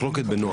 מחלוקת בנועם,